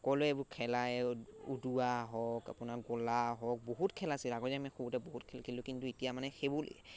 সকলোৱে এইবোৰ খেলায় উদোৱা হওক আপোনাৰ গলা হওক বহুত খেল আছিল আগতে আমি সৰুতে বহুত খেল খেলোঁ কিন্তু এতিয়া মানে সেইবোৰ